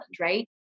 right